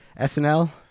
SNL